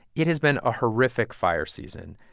it has been a horrific fire season.